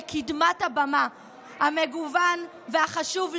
המגוּון והחשוב,